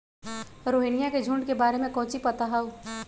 रोहिनया के झुंड के बारे में कौची पता हाउ?